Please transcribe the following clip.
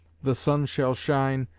the sun shall shine,